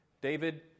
David